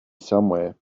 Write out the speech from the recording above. somewhere